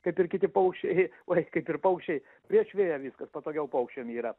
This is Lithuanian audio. kaip ir kiti paukščiai oi kaip ir paukščiai prieš vėją viskas patogiau paukščiam yra